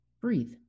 Breathe